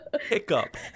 Hiccup